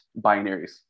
binaries